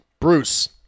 Bruce